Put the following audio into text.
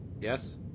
Yes